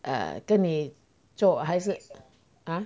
err 跟你做还是 ha